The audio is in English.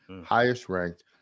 highest-ranked